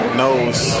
knows